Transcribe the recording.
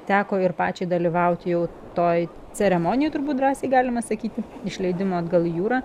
teko ir pačiai dalyvauti jau toj ceremonijoj turbūt drąsiai galima sakyti išleidimo atgal į jūrą